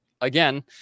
again